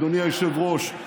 אדוני היושב-ראש,